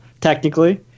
Technically